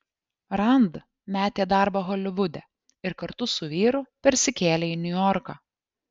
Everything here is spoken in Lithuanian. rand metė darbą holivude ir kartu su vyru persikėlė į niujorką